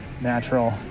natural